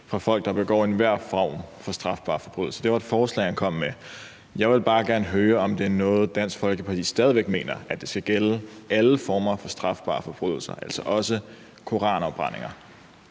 fra folk, der begår enhver form for strafbar forbrydelse. Det var et forslag, han kom med. Jeg vil bare gerne høre, om det er noget, Dansk Folkeparti stadig væk mener, altså at det skal gælde alle former for strafbare forbrydelser, også koranafbrændinger?